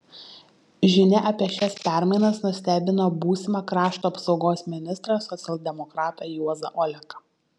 žinia apie šias permainas nustebino būsimą krašto apsaugos ministrą socialdemokratą juozą oleką